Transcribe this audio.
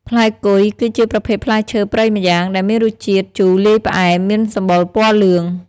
ផ្លែគុយ គឺជាប្រភេទផ្លែឈើព្រៃម្យ៉ាងដែលមានរសជាតិជូរលាយផ្អែម មានសម្បុរពណ៌លឿង។